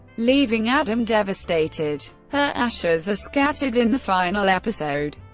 leaving adam devastated. her ashes are scattered in the final episode.